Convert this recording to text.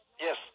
Yes